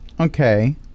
okay